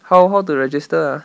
how how to register ah